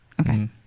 okay